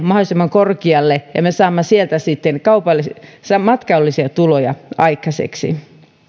mahdollisimman korkealle ja me saamme sieltä sitten matkailullisia tuloja aikaiseksi